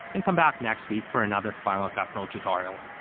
and come back next week for another final cut pro tutorial.